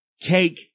cake